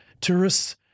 tourists